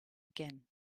again